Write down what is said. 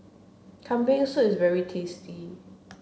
Kambing soup is very tasty